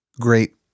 great